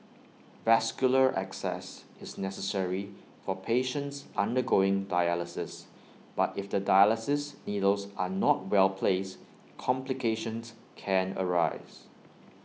vascular access is necessary for patients undergoing dialysis but if the dialysis needles are not well placed complications can arise